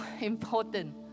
important